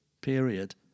period